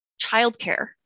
childcare